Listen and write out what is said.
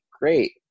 Great